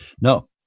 No